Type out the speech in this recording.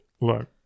Look